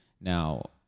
Now